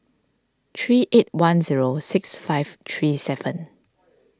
three eight one zero six five three seven